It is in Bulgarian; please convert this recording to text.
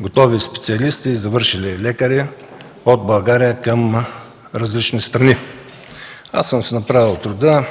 готови специалисти, завършили лекари от България към различни страни. Направил съм си труда